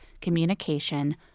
communication